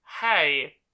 hey